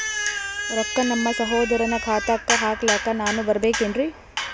ರೊಕ್ಕ ನಮ್ಮಸಹೋದರನ ಖಾತಾಕ್ಕ ಹಾಕ್ಲಕ ನಾನಾ ಬರಬೇಕೆನ್ರೀ?